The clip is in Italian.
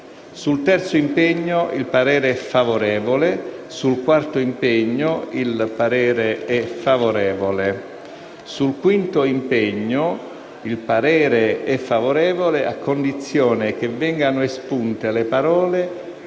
Sul terzo e sul quarto impegno il parere è favorevole. Sul quinto impegno il parere è favorevole a condizione che vengano espunte le parole